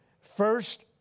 first